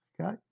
Okay